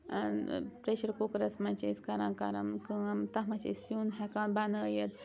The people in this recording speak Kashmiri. پریٚشَر کُکرَس منٛز چھِ أسۍ کَران کَرَم کٲم تَتھ منٛز چھِ أسۍ سیُن ہٮ۪کان بَنٲوِتھ